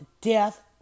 death